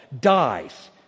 dies